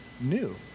new